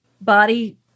body